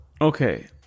Okay